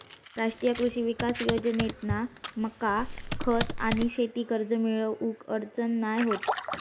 राष्ट्रीय कृषी विकास योजनेतना मका खत आणि शेती कर्ज मिळुक अडचण नाय होत